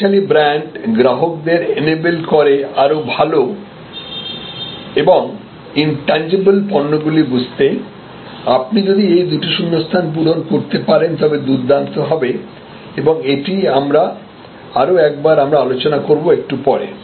শক্তিশালী ব্র্যান্ড গ্রাহকদের এনেবেল করে আরও ভাল এবং ইনট্যানজিবল পণ্যগুলি বুঝতে আপনি যদি এই দুটি শূন্যস্থান পূরণ করতে পারেন তবে দুর্দান্ত হবে এবং এটি আরও একবার আমরা আলোচনা করবো একটু পরে